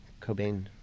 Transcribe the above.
Cobain